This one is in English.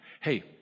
Hey